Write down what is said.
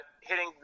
hitting